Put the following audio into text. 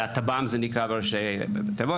זה נקרא טב"מ בראשי תיבות,